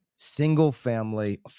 single-family